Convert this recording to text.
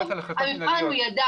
לא,